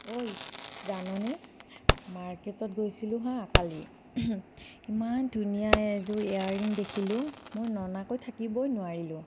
ঐ জাননে মাৰ্কেটত গৈছিলোঁ হাঁ কালি ইমান ধুনীয়া এযোৰ ইয়াৰৰিং দেখিলোঁ মই ননাকৈ থাকিবই নোৱাৰিলোঁ